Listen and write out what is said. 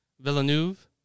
Villeneuve